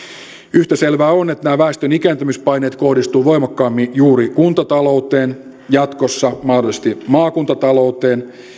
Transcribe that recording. yhtä selvää on että nämä väestön ikääntymispaineet kohdistuvat voimakkaammin juuri kuntatalouteen jatkossa mahdollisesti maakuntatalouteen